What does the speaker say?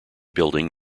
building